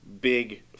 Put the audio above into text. big